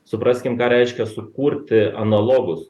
supraskim ką reiškia sukurti analogus